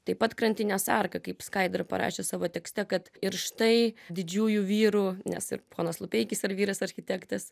taip pat krantinės arka kaip skaidra parašė savo tekste kad ir štai didžiųjų vyrų nes ir ponas lupeikis ir vyras architektas